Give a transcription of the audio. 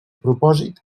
propòsit